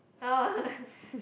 oh